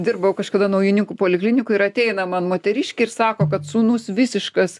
dirbau kažkada naujininkų poliklinikoj ir ateina man moteriškė ir sako kad sūnus visiškas